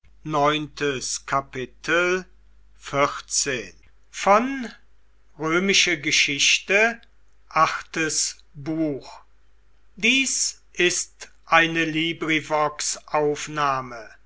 sind ist eine